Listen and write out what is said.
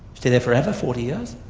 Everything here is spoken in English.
stay there forever, forty years?